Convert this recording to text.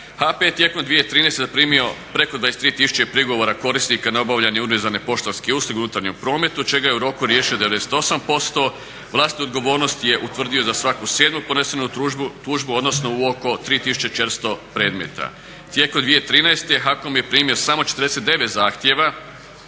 HP je tijekom 2013.zaprimio preko 23 tisuće prigovora korisnika na obavljanje univerzalne poštanske usluge u unutarnjem prometu od čega je u roku riješeno 98%, vlastitu odgovornost je utvrdio za svaku 7.podnesenu tužbu odnosno u oko 3400 predmeta. Tijekom 2013. HAKOM je primio samo 49 zahtjeva